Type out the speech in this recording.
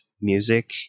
music